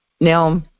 Now